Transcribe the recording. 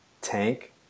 tank